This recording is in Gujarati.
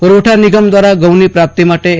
પુરવઠા નિગમ દ્વારા ઘઉંની પ્રાપ્તિ માટે એ